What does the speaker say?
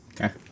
Okay